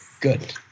good